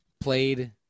played